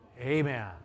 Amen